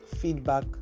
feedback